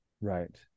Right